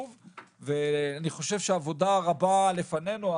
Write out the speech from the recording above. ואני חושב שעבודה רבה לפנינו.